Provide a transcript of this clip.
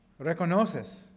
reconoces